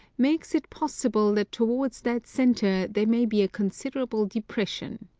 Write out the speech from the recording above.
makes it possible that towards that centre there may be a considerable depression.